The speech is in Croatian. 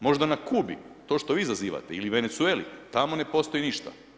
Možda na Kubi to što vi izazivate ili u Venezueli, tamo ne postoji ništa.